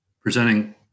presenting